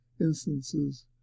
instances